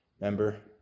Remember